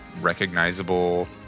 recognizable